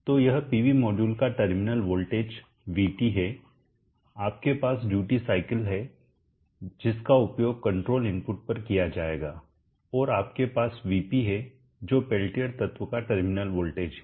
तो यह PV module का टर्मिनल वोल्टेज वीटी है आपके पास ड्यूटी साइकल है जिसका उपयोगकंट्रोल इनपुट पर किया जाएगा और आपके पास वीपी है जो पेल्टियर तत्व का टर्मिनल वोल्टेज है